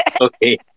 Okay